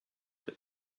but